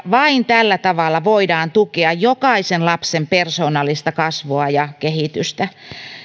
vain tällä tavalla voidaan tukea jokaisen lapsen persoonallista kasvua ja kehitystä